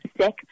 sick